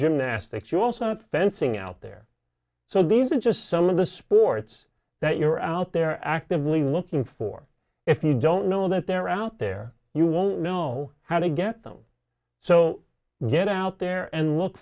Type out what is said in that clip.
gymnastics you also want fencing out there so these are just some of the sports that you're out there actively looking for if you don't know that they're out there you won't know how to get them so get out there and look